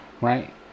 Right